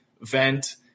vent